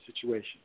situation